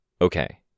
Okay